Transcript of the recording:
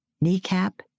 kneecap